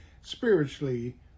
Spiritually